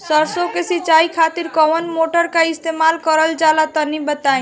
सरसो के सिंचाई खातिर कौन मोटर का इस्तेमाल करल जाला तनि बताई?